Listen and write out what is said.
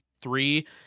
three